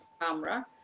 camera